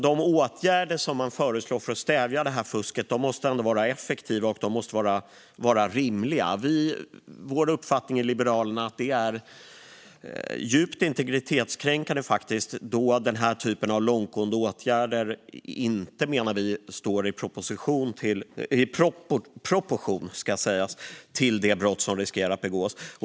De åtgärder man föreslår för att stävja fusket måste ändå vara effektiva och rimliga, och vi i Liberalerna har uppfattningen att det är djupt integritetskränkande med den här typen av långtgående åtgärder. Vi menar också att de inte står i proportion till det brott som riskerar att begås.